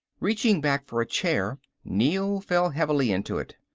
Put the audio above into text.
reaching back for a chair, neel fell heavily into it.